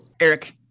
Eric